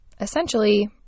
essentially